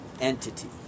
entity